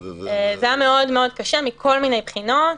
זה היה מאוד מאוד קשה מכל מיני בחינות,